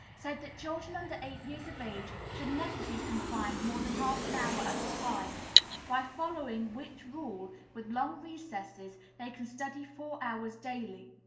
said that children under eight years of age should never be confined more than half an hour at a time by following which rule, with long recesses, they can study four hours daily.